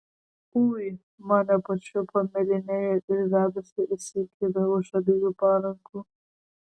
ui mane pačiupo mėlynieji ir vedasi įsikibę už abiejų parankių